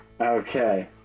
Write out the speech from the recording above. Okay